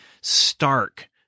stark